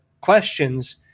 questions